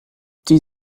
die